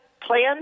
plan